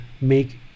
make